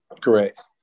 Correct